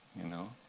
you know.